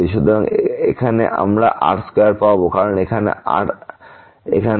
সুতরাং এখানে আমরা এক r2 পাবো কারণ এখানে থেকে r এখান থেকে